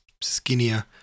skinnier